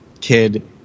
kid